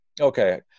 Okay